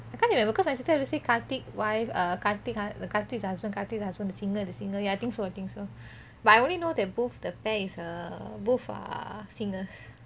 I can't remember because my sister everytime say karthik wife err karthik karthik is the husband karthik is the husband the singer the singer ya I think so I think so but I only know that both the pair is a both are singers